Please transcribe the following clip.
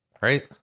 Right